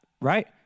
Right